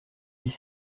dix